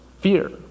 fear